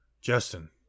Justin